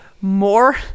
more